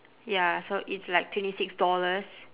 ya so it's like twenty six dollars